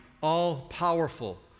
all-powerful